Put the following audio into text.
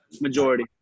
Majority